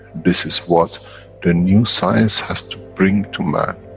this is what the new science has to bring to man.